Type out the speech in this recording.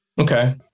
Okay